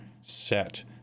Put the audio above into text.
set